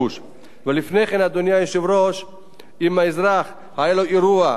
אם היה לאזרח אירוע טרור או תקיפה,